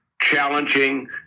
challenging